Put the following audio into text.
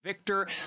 Victor